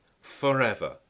forever